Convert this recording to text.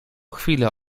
chwilę